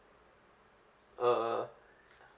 uh